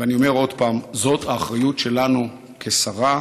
אני אומר עוד פעם: זאת האחריות שלנו כשרה,